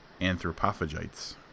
anthropophagites